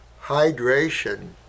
hydration